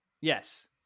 yes